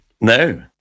No